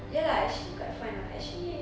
ya lah actually quite fun ah actually